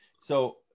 So-